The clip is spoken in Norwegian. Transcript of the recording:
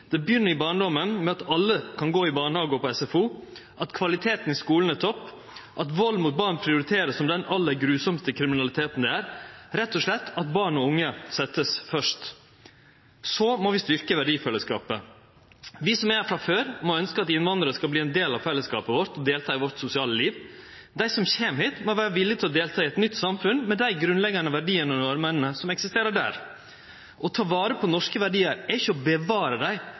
Det begynner i barndomen, ved at alle kan gå i barnehage og på SFO, at kvaliteten i skulen er topp, at arbeidet mot vald mot barn, som den aller mest grufulle kriminaliteten det er, vert prioritert – rett og slett at barn og unge vert sette først. Vi må styrkje verdifellesskapet. Vi som er her frå før, må ønskje at innvandrarar skal verte ein del av fellesskapet vårt og delta i det sosiale livet vårt. Dei som kjem hit, må vere villige til å delta i eit nytt samfunn, med dei grunnleggjande verdiane og normene som eksisterer her. Å ta vare på dei norske verdiane er ikkje å bevare dei,